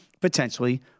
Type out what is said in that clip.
potentially